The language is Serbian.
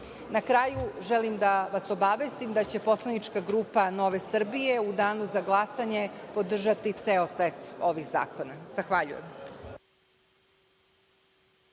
kraju, želim da vas obavestim da će poslanička grupa Nove Srbije u danu za glasanje podržati ceo set ovih zakona. Zahvaljujem.